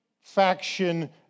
faction